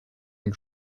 une